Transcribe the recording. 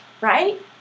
right